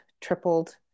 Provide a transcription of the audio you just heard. tripled